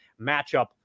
matchup